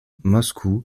moscou